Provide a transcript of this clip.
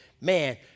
man